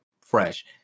fresh